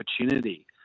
opportunity